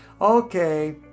okay